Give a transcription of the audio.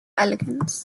elegance